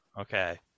Okay